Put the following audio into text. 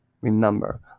remember